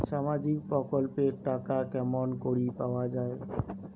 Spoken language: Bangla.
সামাজিক প্রকল্পের টাকা কেমন করি পাওয়া যায়?